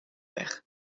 weg